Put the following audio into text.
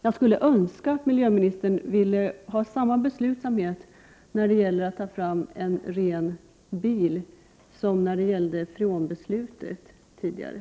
Jag skulle önska att miljöministern ville ha samma beslutsamhet när det gäller att ta fram en ren bil som hon hade då beslutet om freonet fattades.